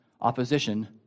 opposition